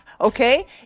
Okay